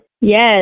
Yes